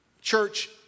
Church